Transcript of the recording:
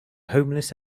homeless